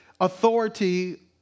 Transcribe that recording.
authority